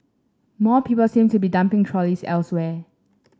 more people seem to be dumping trolleys elsewhere